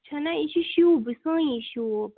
چھِ نا یہِ چھِ شوٗبہٕ سٲنی شوٗب